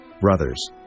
brothers